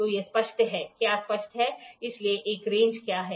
तो यह स्पष्ट है क्या स्पष्ट है इसलिए एक रेंज क्या है